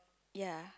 ya